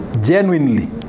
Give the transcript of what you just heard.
Genuinely